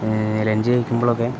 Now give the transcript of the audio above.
ഏ ലഞ്ച് കഴിക്കുമ്പോഴൊക്കെ